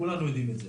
כולנו יודעים את זה,